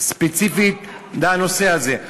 ספציפית לנושא הזה.